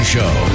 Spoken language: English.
Show